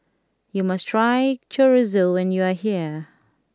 you must try Chorizo when you are here